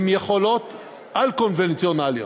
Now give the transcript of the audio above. הן יכולות על-קונבנציונליות.